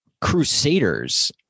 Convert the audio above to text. Crusaders